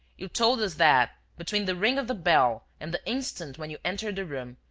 you told us that, between the ring of the bell and the instant when you entered the room,